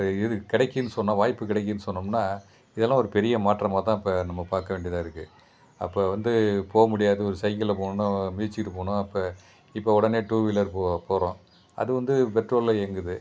இது கெடைக்குன்னு சொன்னால் வாய்ப்பு கிடைக்குதுனு சொன்னோம்னால் இதெல்லாம் ஒரு பெரிய மாற்றமாகதான் இப்போ நம்ம பார்க்கவேண்டியதா இருக்கு அப்போ வந்து போகமுடியாது ஒரு சைக்கிளில் போகணுன்னா மிதிச்சுட்டு போகணும் அப்போ இப்போ உடனே டூ வீலர் போ போகிறோம் அது வந்து பெட்ரோலில் இயங்குது